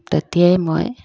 তেতিয়াই মই